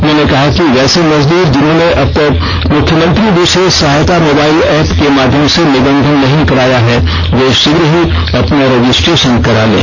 उन्होंने कहा कि वैसे मजदूर जिन्होंने अब तक मुख्यमंत्री विषेष सहायता मोबाइल ऐप्प के माध्यम से निबंधन नहीं कराया है वे षीघ्र ही अपना रजिस्ट्रेषन करा लें